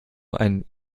ein